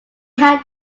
had